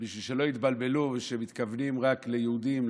ובשביל שלא יתבלבלו שמתכוונים רק ליהודים,